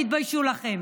תתביישו לכם.